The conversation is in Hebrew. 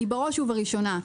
בראש ובראשונה,